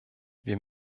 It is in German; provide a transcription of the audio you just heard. wir